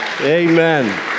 Amen